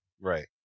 right